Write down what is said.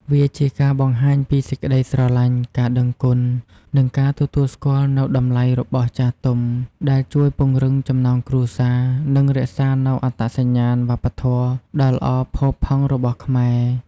វាជាការបង្ហាញពីសេចក្តីស្រលាញ់ ការដឹងគុណ និងការទទួលស្គាល់នូវតម្លៃរបស់ចាស់ទុំ ដែលជួយពង្រឹងចំណងគ្រួសារ និងរក្សានូវអត្តសញ្ញាណវប្បធម៌ដ៏ល្អផូរផង់របស់ខ្មែរ។